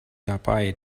dabei